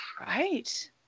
Right